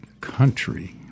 country